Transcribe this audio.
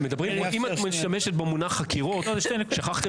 --- כי הוא היה סגן מפקד --- כן, כן, התערב.